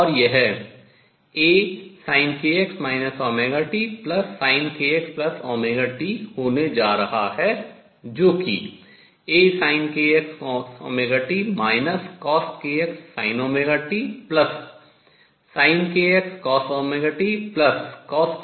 और यह Asinkx ωtsinkxωt होने जा रहा है जो कि Asinkx cosωt coskx sinωtsinkx cosωtcoskx sinωt है